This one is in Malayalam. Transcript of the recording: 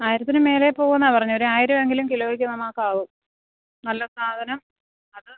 ആയിരത്തിന് മേലെ പോവു എന്നാണ് പറഞ്ഞത് ഒരു ആയിരം എങ്കിലും കിലോയ്ക്ക് നമുക്ക് ആവും നല്ല സാധനം അത്